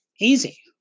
Easy